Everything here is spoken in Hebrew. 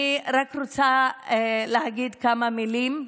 אני רק רוצה להגיד כמה מילים.